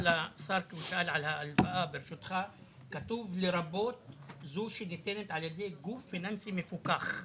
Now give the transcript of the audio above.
לגבי ההלוואה כתוב שזה לרבות זו שניתנת על ידי גוף פיננסי מפוקח.